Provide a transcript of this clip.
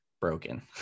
broken